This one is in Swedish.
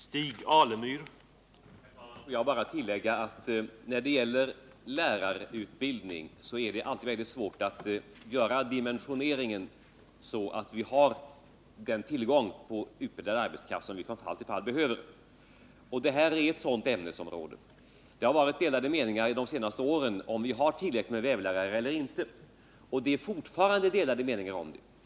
Herr talman! Låt mig bara tillägga att när det gäller lärarutbildningen är det alltid svårt att göra dimensioneringen sådan att vi har den tillgång till utbildad arbetskraft som vi från fall till fall behöver. Detta är ett sådant ämnesområde. Det har de senaste åren varit delade meningar i frågan om vi har tillräckligt med vävlärare eller inte. Det råder fortfarande delade meningar om detta.